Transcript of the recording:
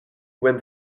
when